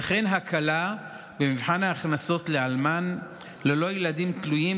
וכן הייתה הקלה במבחן ההכנסות לאלמן ללא ילדים תלויים,